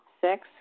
Six